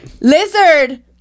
lizard